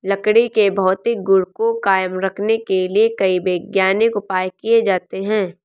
लकड़ी के भौतिक गुण को कायम रखने के लिए कई वैज्ञानिक उपाय किये जाते हैं